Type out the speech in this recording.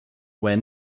where